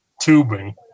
tubing